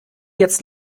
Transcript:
jetzt